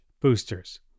boosters